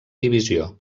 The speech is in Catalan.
divisió